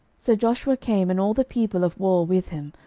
so joshua came, and all the people of war with him,